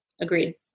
Agreed